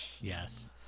Yes